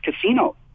casino